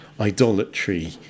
idolatry